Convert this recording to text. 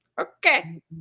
okay